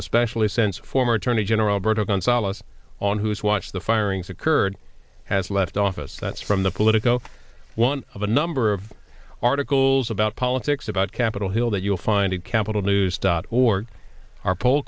especially since former attorney general alberto gonzales on whose watch the firings occurred has left office that's from the politico one of a number of articles about politics about capitol hill that you'll find in capital news dot org our